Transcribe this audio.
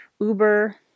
Uber